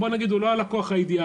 בוא נגיד הוא לא הלקוח האידיאלי.